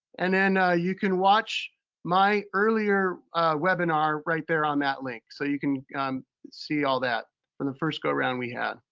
and then you can watch my earlier webinar right there on that link. so you can see all that from the first go round we had.